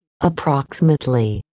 approximately